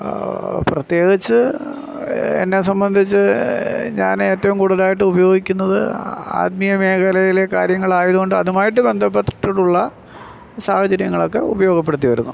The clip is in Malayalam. പ്രത്യേകിച്ച് എന്നെ സംബന്ധിച്ച് ഞാൻ ഏറ്റവും കൂടുതലായിട്ട് ഉപയോഗിക്കുന്നത് ആത്മീയ മേഖലയിലെ കാര്യങ്ങളായതുകൊണ്ട് അതുമായിട്ട് ബന്ധപ്പെട്ടിട്ടുള്ള സാഹചര്യങ്ങളൊക്കെ ഉപയോഗപ്പെടുത്തി വരുന്നു